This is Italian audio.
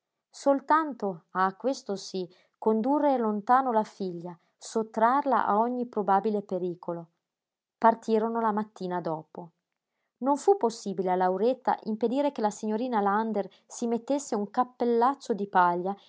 soltanto ah questo sí condurre lontano la figlia sottrarla a ogni probabile pericolo partirono la mattina dopo non fu possibile a lauretta impedire che la signorina lander si mettesse un cappellaccio di paglia